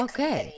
Okay